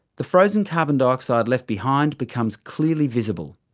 the frozen carbon dioxide left behind becomes clearly visible.